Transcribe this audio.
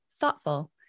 thoughtful